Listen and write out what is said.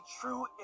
true